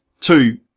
two